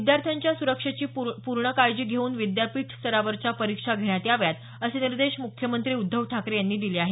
विद्यार्थ्यांच्या सुरक्षेची पूर्ण काळजी घेऊन विद्यापीठ स्तरांवरच्या परीक्षा घेण्यात याव्यात असे निर्देश मुख्यमंत्री उद्धव ठाकरे यांनी दिले आहेत